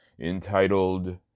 entitled